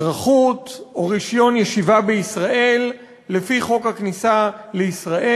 אזרחות או רישיון ישיבה בישראל לפי חוק הכניסה לישראל.